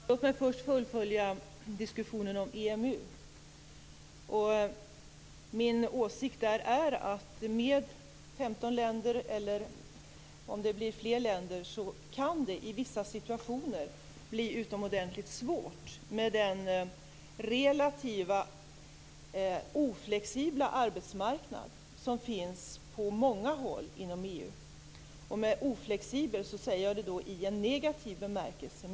Herr talman! Låt mig först fullfölja diskussionen om EMU. Min åsikt är att med 15 länder, eller om det blir fler, kan det i vissa situationer bli utomordentligt svårt med den relativt oflexibla arbetsmarknad som finns på många håll inom EU. Oflexibel säger jag i en negativ bemärkelse.